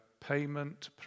payment